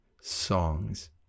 songs